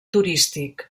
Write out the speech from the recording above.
turístic